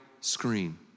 screen